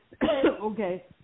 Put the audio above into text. Okay